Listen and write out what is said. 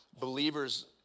believers